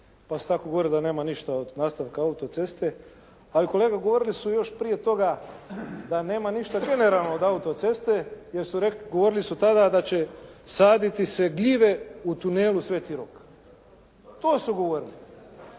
pa su tako govorili da nema ništa od nastavka auto-ceste. Ali kolega govorili su još prije toga da nema ništa generalno od auto-ceste jer su govorili su tada da će saditi se gljive u tunelu Sveti Rok. To su govorili.